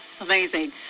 Amazing